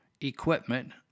equipment